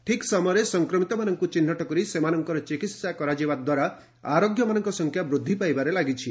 ଠିକ୍ ସମୟରେ ସଂକ୍ରମିତମାନଙ୍କୁ ଚିହ୍ନଟ କରି ସେମାନଙ୍କର ଚିକିତ୍ସା କରାଯିବା ଦ୍ୱାରା ଆରୋଗ୍ୟମାନଙ୍କ ସଂଖ୍ୟା ବୃଦ୍ଧି ପାଇବାରେ ଲାଗିଛି